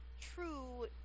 True